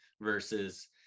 versus